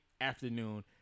afternoon